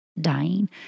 dying